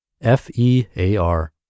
F-E-A-R